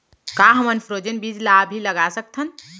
का हमन फ्रोजेन बीज ला भी लगा सकथन?